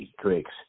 tricks